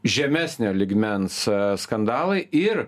žemesnio lygmens skandalai ir